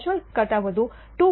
5 ટકા હોવો જોઈએ